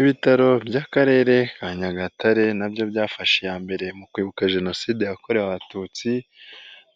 Ibitaro by'akarere ka Nyagatare nabyo byafashe iya mbere mu kwibuka jenoside yakorewe abatutsi,